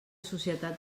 societat